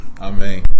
Amen